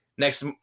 Next